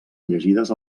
llegides